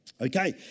Okay